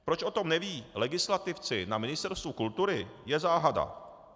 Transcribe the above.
Proč o tom nevědí legislativci na Ministerstvu kultury, je záhada.